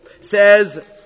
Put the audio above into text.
Says